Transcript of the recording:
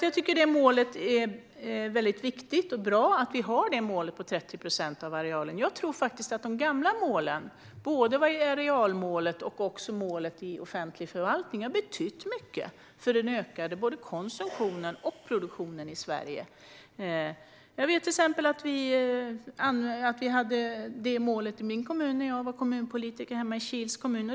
Jag tycker att det är viktigt och bra att vi har målet på 30 procent av arealen. De gamla målen, både arealmålet och målet i offentlig förvaltning, har betytt mycket för den ökade konsumtionen och produktionen i Sverige. Vi hade det målet när jag var kommunpolitiker hemma i Kils kommun.